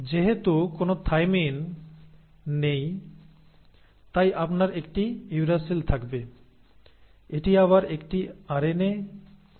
যেহেতু কোন থাইমিন নেই তাই আপনার একটি ইউরেসিল থাকবে এটি আবার একটি আরএনএ এটি কোনও ডিএনএ নয়